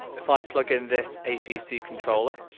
if i plug in this apc controller